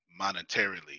monetarily